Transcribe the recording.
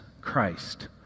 Christ